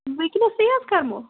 وُنکیٚنسٕے حظ کٔرہَو